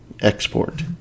Export